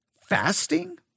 fasting